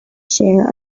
share